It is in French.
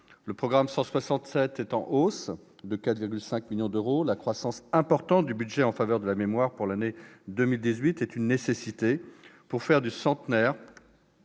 Le programme 167 est en hausse de 4,5 millions d'euros. La croissance importante du budget en faveur de la mémoire pour l'année 2018 est une nécessité pour faire du centenaire